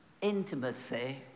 intimacy